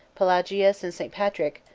pelagius, and st. patrick,